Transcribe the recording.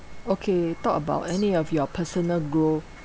okay talk about any of your personal growth